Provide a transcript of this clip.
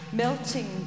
melting